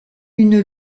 une